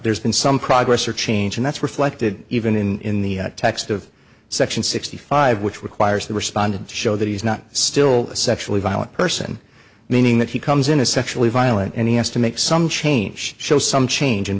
there's been some progress or change and that's reflected even in the text of section sixty five which requires the respondent to show that he's not still a sexually violent person meaning that he comes in a sexually violent n e s to make some change show some change in